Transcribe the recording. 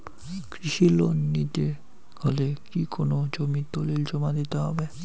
কৃষি লোন নিতে হলে কি কোনো জমির দলিল জমা দিতে হবে?